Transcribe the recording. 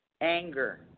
anger